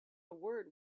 word